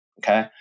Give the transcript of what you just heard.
Okay